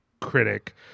critic